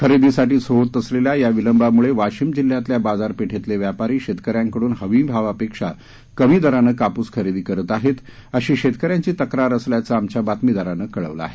खरेदीसाठी होत असलेल्या या विलंबामुळे वाशीम जिल्ह्यातल्या बाजारपेठेतले व्यापारी शेतकऱ्यांकडून हमी भावापेक्षा कमी दरानं कापूस खरेदी करत आहेत अशी शेतकऱ्यांची तक्रार असल्याचं आमच्या बातमीदारानं कळवलं आहे